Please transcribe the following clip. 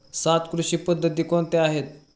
सात कृषी पद्धती कोणत्या आहेत?